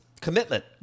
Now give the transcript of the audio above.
commitment